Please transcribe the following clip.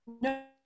no